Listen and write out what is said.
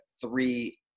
three